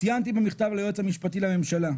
ציינתי במכתב ליועץ המשפטי לממשלה,